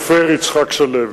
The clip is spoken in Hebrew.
הסופר יצחק שלו,